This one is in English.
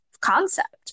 concept